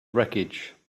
wreckage